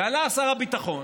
ועלה שר הביטחון